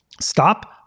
Stop